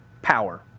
power